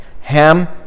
Ham